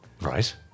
Right